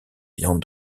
viande